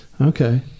Okay